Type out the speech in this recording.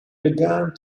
begun